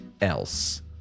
else